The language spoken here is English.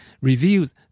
revealed